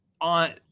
on